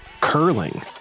curling